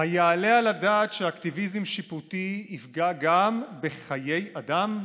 היעלה על הדעת שאקטיביזם שיפוטי יפגע גם בחיי אדם?